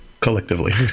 collectively